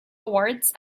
awards